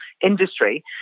industry